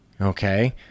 okay